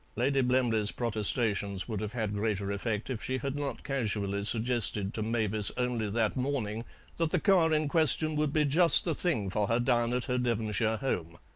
lady blemley's protestations would have had greater effect if she had not casually suggested to mavis only that morning that the car in question would be just the thing for her down at her devonshire home.